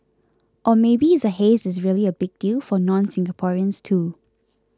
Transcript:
or maybe the haze is really a big deal for nonSingaporeans too